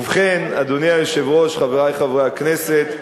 ובכן, אדוני היושב-ראש, חברי חברי הכנסת,